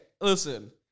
listen